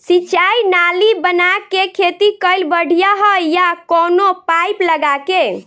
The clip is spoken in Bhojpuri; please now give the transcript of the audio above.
सिंचाई नाली बना के खेती कईल बढ़िया ह या कवनो पाइप लगा के?